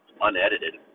unedited